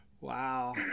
Wow